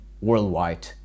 worldwide